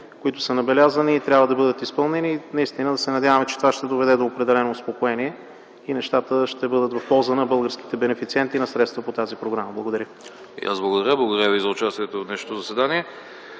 които са набелязани и трябва да бъдат изпълнени. Да се надяваме, че това ще доведе до определено успокоение и нещата ще бъдат в полза на българските бенефициенти и на средствата по тази програма. Благодаря. ПРЕДСЕДАТЕЛ АНАСТАС АНАСТАСОВ: И аз благодаря. Благодаря Ви за участието в днешното заседание.